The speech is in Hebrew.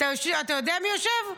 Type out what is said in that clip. אתה יודע מי יושב?